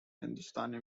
hindustani